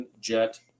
jet